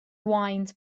wines